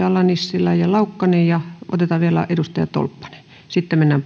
ala nissilä ja laukkanen ja otetaan vielä edustaja tolppanen sitten mennään